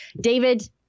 David